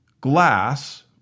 glass